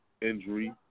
injury